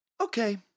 Okay